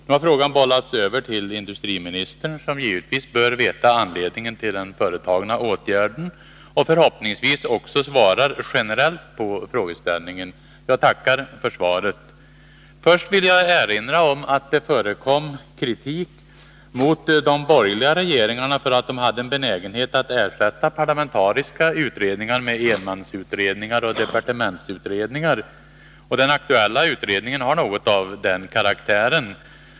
Frågan har bollats över till industriministern, som givetvis bör veta anledningen till den företagna åtgärden och förhoppningsvis också svarar generellt på frågeställningen. Jag tackar för svaret. Först vill jag erinra om att det förekommit kritik mot de borgerliga regeringarna för att de hade en benägenhet att ersätta parlamentariska utredningar med enmansutredningar och departementsutredningar. Den aktuella utredningen har något av den karaktären.